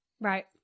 Right